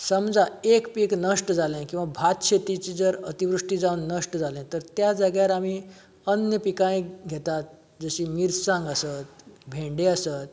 समजा एक पीक नश्ट जाले किंवां भात शेतीची जर अतिवृश्टी जावन नश्ट जाले तर त्या जाग्यार आमी अन्न पिकायक घेतात जशी मिरसांग आसत भेंडे आसत